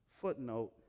Footnote